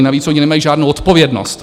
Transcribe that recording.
Navíc oni nemají žádnou odpovědnost.